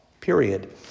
Period